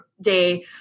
day